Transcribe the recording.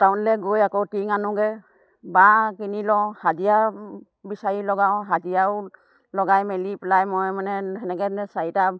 টাউনলৈ গৈ আকৌ টিং আনোগৈ বাঁহ কিনি লওঁ হাজিৰা বিচাৰি লগাওঁ হাজিৰাও লগাই মেলি পেলাই মই মানে সেনেকৈ চাৰিটা